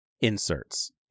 inserts